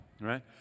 right